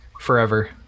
forever